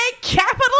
capital